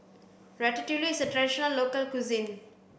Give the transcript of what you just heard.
Ratatouille is a traditional local cuisine